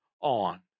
on